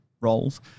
roles